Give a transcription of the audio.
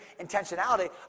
intentionality